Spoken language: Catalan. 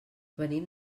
venim